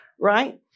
right